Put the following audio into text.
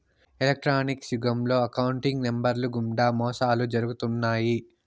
electronics యుగంలో account నెంబర్లు గుండా మోసాలు జరుగుతున్నాయి